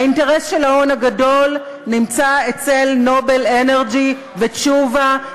האינטרס של ההון הגדול נמצא אצל "נובל אנרג'י" ותשובה,